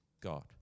God